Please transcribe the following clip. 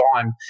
time